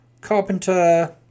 carpenter